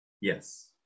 Yes